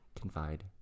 Confide